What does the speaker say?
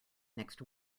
next